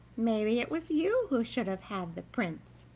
maybe it was you who should have had the prince,